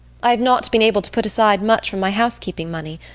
i have not been able to put aside much from my housekeeping money,